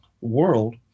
World